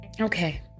Okay